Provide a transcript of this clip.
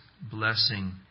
blessing